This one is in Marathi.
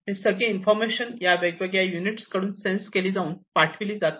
ही सगळी इन्फॉर्मेशन या वेगवेगळ्या युनिट्स कडून सेन्स केली जाऊन पाठविली जाते